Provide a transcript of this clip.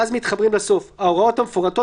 ואז מתחברים לסוף ההוראות המפורטות